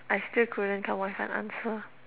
I still couldn't come up with an answer